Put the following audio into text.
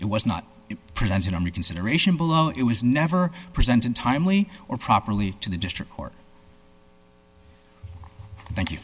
it was not presented on reconsideration below it was never presented timely or properly to the district court thank you